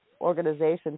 organization